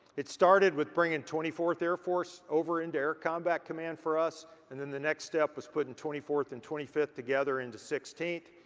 it started with bringing twenty fourth air force over into and air combat command for us and then the next step was putting twenty fourth and twenty fifth together into sixteenth.